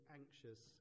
anxious